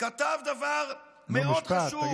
דבר מאוד חשוב.